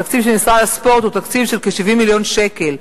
התקציב של משרד הספורט הוא תקציב של כ-70 מיליון שקל,